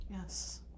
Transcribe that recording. Yes